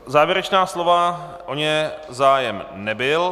Závěrečná slova o ně zájem nebyl.